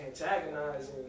antagonizing